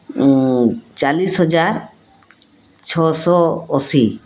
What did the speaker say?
ଚାଳିଶ ହଜାର ଛଅଶହ ଅଶୀ